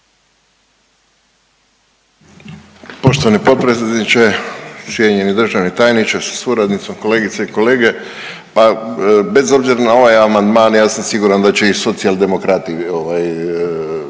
Poštovani potpredsjedniče, cijenjeni državni tajniče sa suradnicom, kolegice i kolege. Pa bez obzira na ovaj amandman ja sam siguran da će i Socijaldemokrati